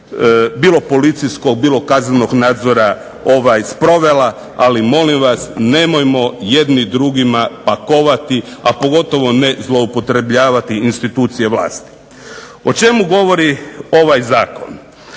bilo policijskog bilo kaznenog nadzora sprovela. Ali molim vas, nemojmo jedni drugima pakovati, a pogotovo ne zloupotrebljavati institucije vlasti. O čemu govori ovaj zakon?